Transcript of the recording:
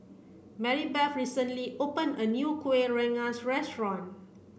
Marybeth recently open a new Kuih Rengas restaurant